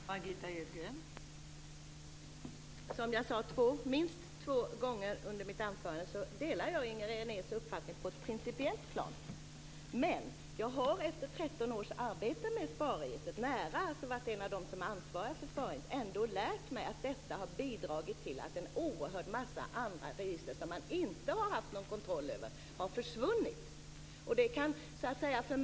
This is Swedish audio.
Fru talman! Som jag sade minst två gånger under mitt anförande delar jag Inger Renés uppfattning på ett principiellt plan. Men jag är en av dem som är ansvariga för SPAR och har efter 13 års nära arbete med SPAR ändå lärt mig att detta har bidragit till att en oerhörd massa andra register, som man inte har haft någon kontroll över, har försvunnit.